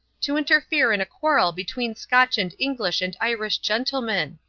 to interfere in a quarrel between scotch and english and irish gentlemen?